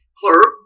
clerk